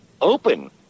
open